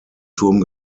turm